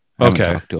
Okay